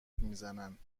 میزنند